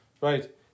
Right